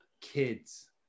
kids